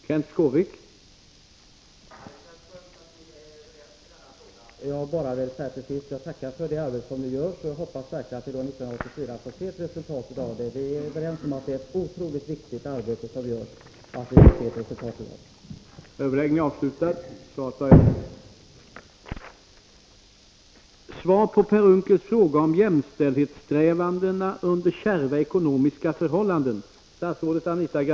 Herr talman! Det känns skönt att vi är överens i denna fråga. Jag vill till sist bara tacka för det arbete som nu utförs, och jag hoppas att vi under 1984 verkligen får se ett resultat av det. Jag delar uppfattningen att detta är ett otroligt viktigt arbete, och därför är det nödvändigt att resultatet blir bra.